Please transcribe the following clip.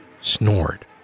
snored